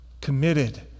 committed